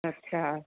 अच्छा